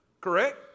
Correct